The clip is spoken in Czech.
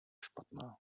špatná